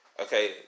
Okay